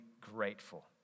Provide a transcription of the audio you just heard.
grateful